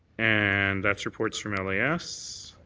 and that's reports from las.